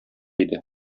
иде